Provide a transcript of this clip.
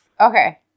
okay